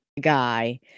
guy